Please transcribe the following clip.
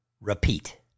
repeat